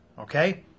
okay